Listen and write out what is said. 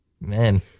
Man